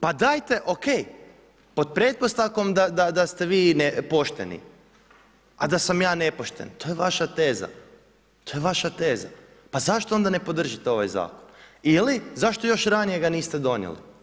Pa dajte, ok, pod pretpostavkom da ste vi pošteni, a da sam ja nepošten, to je vaša teza, to je vaša teza, pa zašto onda ne podržite ovaj zakon ili zašto još ranije ga niste donijeli.